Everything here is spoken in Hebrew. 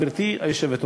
גברתי היושבת-ראש,